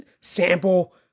sample